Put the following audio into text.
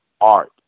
art